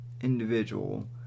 individual